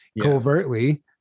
covertly